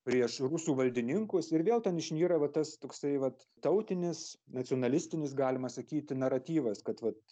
prieš rusų valdininkus ir vėl ten išnyra va tas toksai vat tautinis nacionalistinis galima sakyti naratyvas kad vat